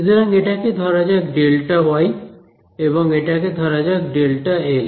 সুতরাং এটাকে ধরা যাক Δy এবং এটাকে ধরা যাক Δl